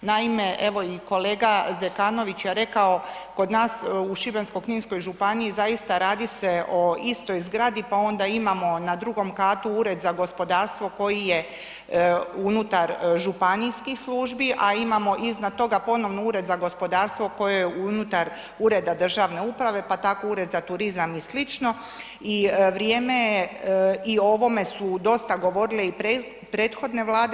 Naime, evo i kolega Zekanović je rekao, kod nas u šibensko-kninskoj županiji zaista radi se o istoj zgradi, pa onda imamo na drugom katu ured za gospodarstvo koji je unutar županijskih službi, a imamo iznad toga ponovno ured za gospodarstvo koje je unutar ureda državne uprave, pa tako ured za turizam i sl. i vrijeme je i o ovome su dosta govorile i prethodne Vlade.